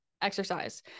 Exercise